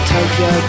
Tokyo